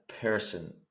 person